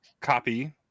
copy